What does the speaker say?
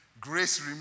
Grace